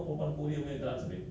back to covalent eh